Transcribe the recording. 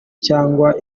cyangwa